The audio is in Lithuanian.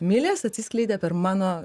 milės atsiskleidė per mano